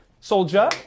Soldier